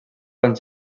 van